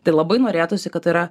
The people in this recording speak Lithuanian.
tai labai norėtųsi kad yra